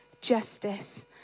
justice